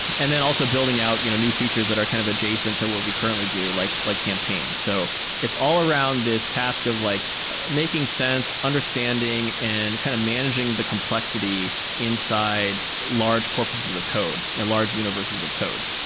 and then also building out you know new features that are kind of adjacent to what we currently do, like like campaigns. so it's all around this task of like making sense, understanding and kind of managing the complexity inside large corpuses of code, and large universes of code.